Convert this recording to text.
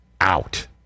Out